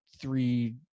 three